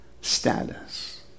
status